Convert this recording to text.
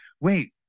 Wait